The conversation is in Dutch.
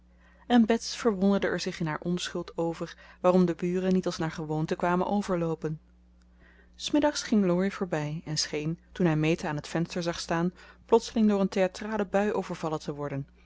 en bets verwonderde er zich in haar onschuld over waarom de buren niet als naar gewoonte kwamen overloopen s middags ging laurie voorbij en scheen toen hij meta aan het venster zag staan plotseling door een theatrale bui overvallen te worden